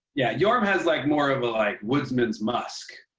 yeah, jorm has, like, more of a, like, woodsman's musk.